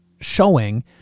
showing